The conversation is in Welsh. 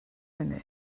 hynny